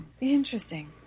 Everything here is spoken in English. Interesting